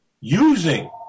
using